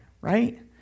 right